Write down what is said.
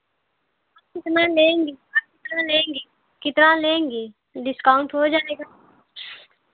आप कितना लेंगी आप कितना लेंगी कितना लेंगी डिस्काउन्ट हो जाएगा